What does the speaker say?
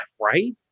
Right